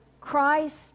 Christ